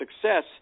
success